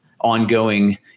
ongoing